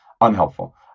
unhelpful